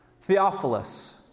Theophilus